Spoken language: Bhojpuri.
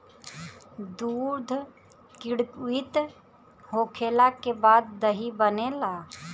दूध किण्वित होखला के बाद दही बनेला